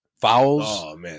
fouls